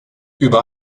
über